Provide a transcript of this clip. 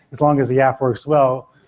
as long as the app works well,